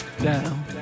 down